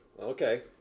Okay